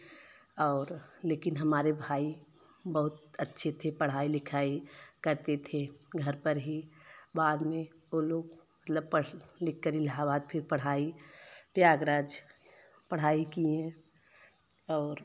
और लेकिन हमारे भाई बहुत अच्छे थे पढ़ाई लिखाई करते थे घर पर ही बाद में वो लोग मतलब पढ़ लिखकर इलाहाबाद फिर पढ़ाई प्रयागराज पढ़ाई किए और